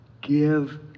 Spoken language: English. give